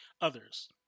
others